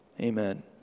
Amen